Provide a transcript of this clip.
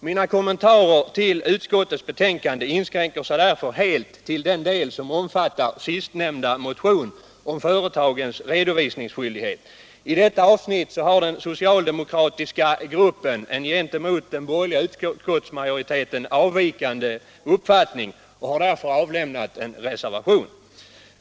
Mina kommentarer till utskottets betänkande inskränker sig därför helt till den del som omfattar sistnämnda motion, om företagens redovisningsskyldighet. I detta avsnitt har den socialdemokratiska gruppen en gentemot den borgerliga utskottsmajoriteten avvikande uppfattning och har därför avlämnat en reservation.